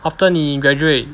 after 你 graduate